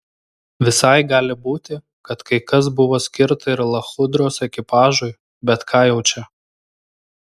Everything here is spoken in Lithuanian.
visai gali būti kad kai kas buvo skirta ir lachudros ekipažui bet ką jau čia